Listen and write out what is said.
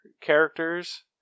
characters